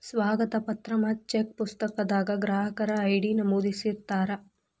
ಸ್ವಾಗತ ಪತ್ರ ಮತ್ತ ಚೆಕ್ ಪುಸ್ತಕದಾಗ ಗ್ರಾಹಕರ ಐ.ಡಿ ನಮೂದಿಸಿರ್ತಾರ